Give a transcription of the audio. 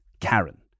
Karen